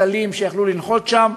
או מטוסים קלים שהיו יכולים לנחות שם,